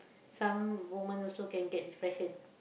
some women also can get depression